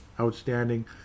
outstanding